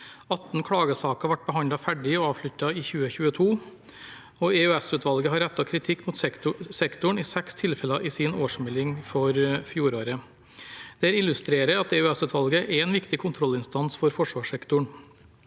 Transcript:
klagesaker ble behandlet ferdig og avsluttet i 2022. EOS-utvalget har rettet kritikk mot sektoren i seks tilfeller i sin årsmelding for 2022. Dette illustrerer at EOS-utvalget er en viktig kontrollinstans for forsvarssektoren.